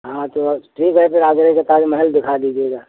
हाँ तो ठीक है फिर आगरा के ताज महल दिखा दीजिएगा